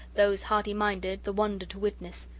those hardy-minded, the wonder to witness.